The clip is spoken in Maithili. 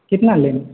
कतना लेब